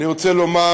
אני רוצה לומר